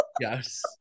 Yes